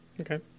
Okay